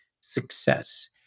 success